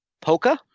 Polka